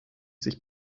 sich